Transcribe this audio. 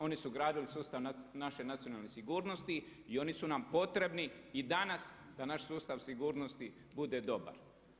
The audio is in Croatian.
Oni su gradili sustav naše nacionalne sigurnosti i oni su nam potrebni i danas da naš sustav sigurnosti bude dobar.